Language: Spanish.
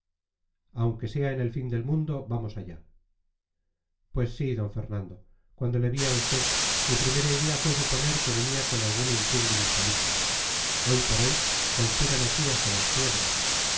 aunque sea en el fin del mundo vamos allá pues sí d fernando cuando le vi a usted mi primera idea fue suponer que venía con algún intríngulis político hoy por hoy conspiran aquí hasta las piedras